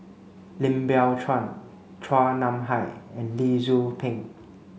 Lim Biow Chuan Chua Nam Hai and Lee Tzu Pheng